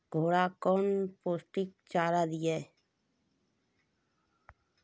घोड़ा कौन पोस्टिक चारा दिए?